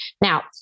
Now